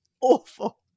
awful